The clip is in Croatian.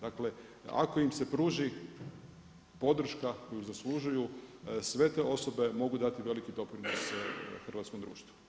Dakle ako im se pruži podrška koju zaslužuju sve te osobe mogu dati veliki doprinos hrvatskom društvu.